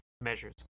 measures